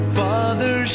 father